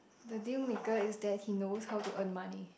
the deal maker is that he knows how to earn money